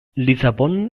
lissabon